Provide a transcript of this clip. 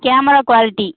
camera quality